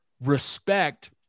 respect